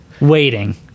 waiting